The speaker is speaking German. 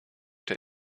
der